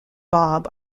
bob